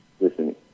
listen